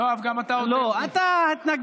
אני לא מקבל את זה שהוא הכי אותנטי.